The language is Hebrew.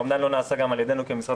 האומדן לא נעשה גם על ידינו כמשרד